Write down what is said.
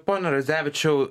pone radzevičiau